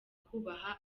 kubaha